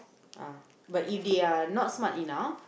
ah but if they are not smart enough